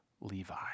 Levi